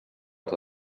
els